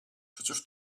przecież